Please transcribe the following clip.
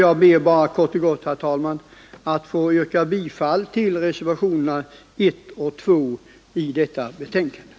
Jag ber kort och gott, herr talman, att få yrka bifall till reservationerna 1 och 2 vid detta betänkande.